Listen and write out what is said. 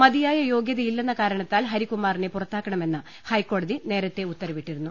മതിയായ യോഗ്യതയില്ലെന്ന കാരണ ത്താൽ ഹരികുമാറിനെ പുറത്താക്കണമെന്ന് ഹൈക്കോടതി നേരത്തെ ഉത്തരവിട്ടിരുന്നു